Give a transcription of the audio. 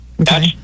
Okay